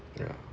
ya